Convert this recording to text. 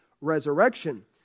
resurrection